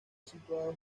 situado